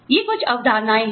ये कुछ अवधारणाएँ हैं